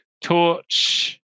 torch